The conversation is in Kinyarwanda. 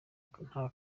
kabuza